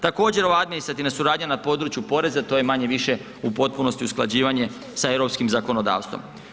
Također ova administrativna suradnja na području poreza, to je manje-više u potpunosti usklađivanje sa europskim zakonodavstvom.